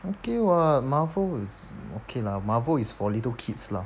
okay what marvel is okay lah marvel is for little kids lah